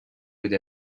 with